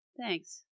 Thanks